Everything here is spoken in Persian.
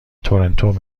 تورنتو